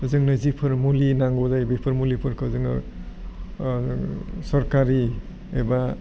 जोंनो जिफोर मुलि नांगौ जायो बेफोर मुलिफोरखौ जोङो सरकारि एबा